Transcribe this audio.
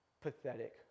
Pathetic